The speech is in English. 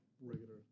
regular